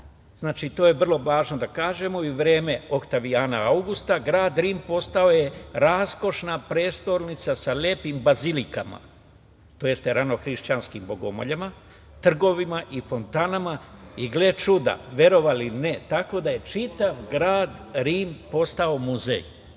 Znači, to je vrlo važno da kažemo i u vreme Oktavijana Augusta, grad Rim postao je raskošna prestonica sa lepim bazilikama, odnosno ranohrišćanskim bogomoljama, trgovima i fontanama. Gle čuda, verovali ili ne, tako da je čitav grad Rim postao muzej,